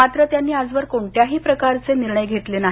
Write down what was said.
मात्र त्यांनी आजवर कोणत्याही प्रकाराचे निर्णय घेतले नाही